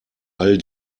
all